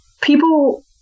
people